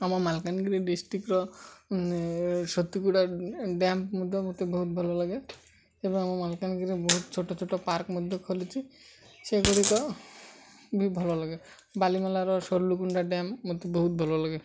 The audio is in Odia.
ଆମ ମାଲକାନଗିରି ଡିଷ୍ଟ୍ରିକର ସତୀଗୁଡ଼ା ଡ୍ୟାମ୍ ମଧ୍ୟ ମୋତେ ବହୁତ ଭଲ ଲାଗେ ଏବଂ ଆମ ମାଲକାନଗିରିରେ ବହୁତ ଛୋଟ ଛୋଟ ପାର୍କ ମଧ୍ୟ ଖୋଲିଛି ସେଗୁଡ଼ିକ ବି ଭଲ ଲାଗେ ବାଲିମେଲାର ସର୍ଲୁଗୁଣ୍ଡା ଡ୍ୟାମ୍ ମୋତେ ବହୁତ ଭଲ ଲାଗେ